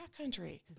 Backcountry